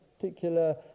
particular